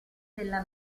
della